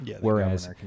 whereas